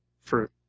fruit